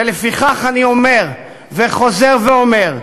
ולפיכך אני אומר, וחוזר ואומר,